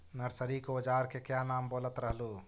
Nursery के ओजार के क्या नाम बोलत रहलू?